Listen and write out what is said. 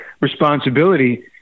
responsibility